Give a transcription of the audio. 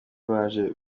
baje